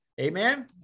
Amen